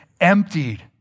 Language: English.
emptied